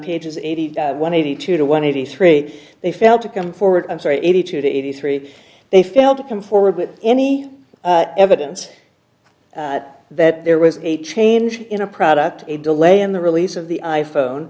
pages eighty one eighty two to one eighty three they failed to come forward i'm sorry eighty two to eighty three they failed to come forward with any evidence that there was a change in a product a delay in the release of the i phone